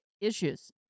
issues